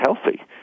healthy